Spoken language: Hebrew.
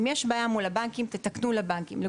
אם יש בעיה מול הבנקים, תתקנו מול הבנקים.